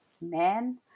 man